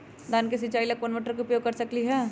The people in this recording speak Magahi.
धान के सिचाई ला कोंन मोटर के उपयोग कर सकली ह?